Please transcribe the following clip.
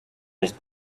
his